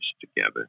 together